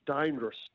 dangerous